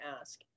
ask